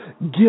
give